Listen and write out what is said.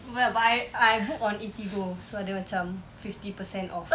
but I I book on eatigo so ada macam fifty percent off